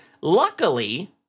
Luckily